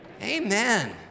Amen